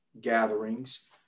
gatherings